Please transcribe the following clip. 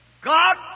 God